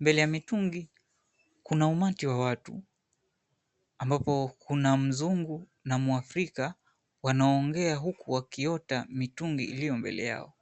Mbele ya mitungi kuna umati wa watu, ambapo kuna Mzungu na Mwafrika wanaongea huku wakiota mitungi iliyo mbele yao.